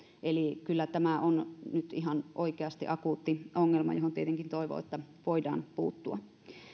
eli kyllä tämä on nyt ihan oikeasti akuutti ongelma johon tietenkin toivoo että voidaan puuttua